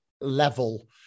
level